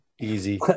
Easy